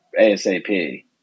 ASAP